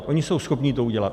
Oni jsou schopni to udělat.